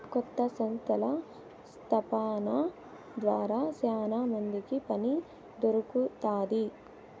కొత్త సంస్థల స్థాపన ద్వారా శ్యానా మందికి పని దొరుకుతాది